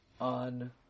on